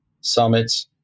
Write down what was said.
summits